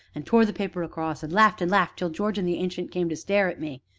and tore the paper across, and laughed and laughed, till george and the ancient came to stare at me.